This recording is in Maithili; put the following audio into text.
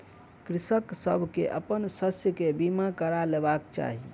कृषक सभ के अपन शस्य के बीमा करा लेबाक चाही